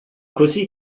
così